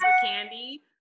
Candy